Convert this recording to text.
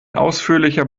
ausführlicher